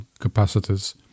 capacitors